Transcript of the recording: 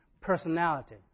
Personality